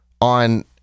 on